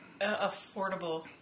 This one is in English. Affordable